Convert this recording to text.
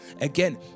Again